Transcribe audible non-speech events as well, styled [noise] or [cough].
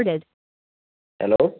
[unintelligible] hello